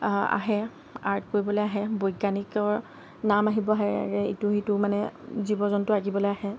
আহে আৰ্ট কৰিবলৈ আহে বৈজ্ঞানিকৰ নাম আহিব ইটো সিটো মানে জীৱ জন্তু আঁকিবলৈ আহে